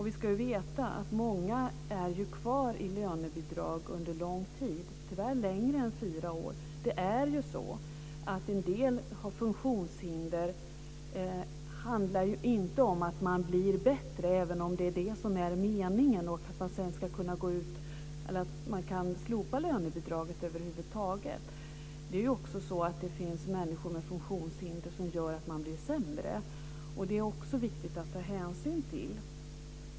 Vi ska veta att många ju är kvar i lönebidrag under lång tid, tyvärr längre än fyra år. En del har ju funktionshinder som gör att de inte blir bättre. Tanken är ju att om man blir bättre ska lönebidraget kunna slopas. Det finns också människor som har funktionshinder som gör att de blir sämre. Det är också viktigt att ta hänsyn till.